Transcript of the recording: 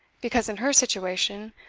because in her situation,